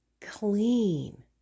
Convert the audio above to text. clean